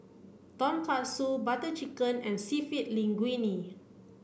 Tonkatsu Butter Chicken and Linguine